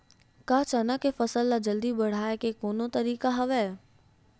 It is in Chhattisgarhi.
का चना के फसल ल जल्दी बढ़ाये के कोनो तरीका हवय?